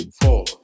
four